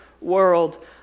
world